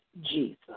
Jesus